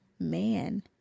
man